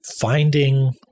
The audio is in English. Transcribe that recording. finding